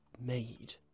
made